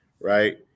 right